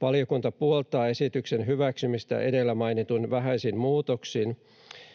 Valiokunta puoltaa esityksen hyväksymistä edellä mainituin vähäisin muutoksin.